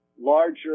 larger